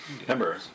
Remember